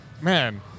man